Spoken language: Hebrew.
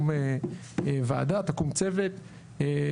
תמצא משהו קטן שלא משתלם לך להתחבר למשק הישראלי,